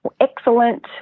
excellent